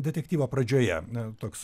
detektyvo pradžioje n toks